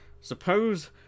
Suppose